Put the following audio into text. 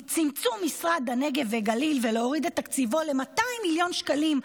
צמצום משרד הנגב והגליל והורדת תקציבו ל-200 מיליון שקלים,